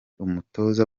umutoza